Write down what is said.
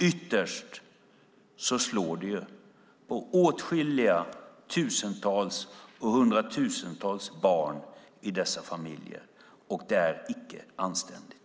Ytterst slår det mot åtskilliga tusentals och hundratusentals barn i dessa familjer. Det är icke anständigt.